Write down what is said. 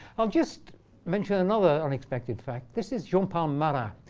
i'll just mention another unexpected fact. this is jean-paul marat,